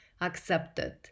ACCEPTED